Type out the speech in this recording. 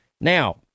Now